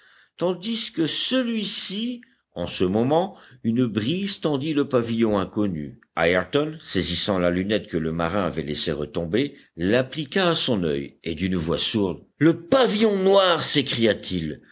tandis que celui-ci en ce moment une brise tendit le pavillon inconnu ayrton saisissant la lunette que le marin avait laissé retomber l'appliqua à son oeil et d'une voix sourde le pavillon noir